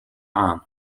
عام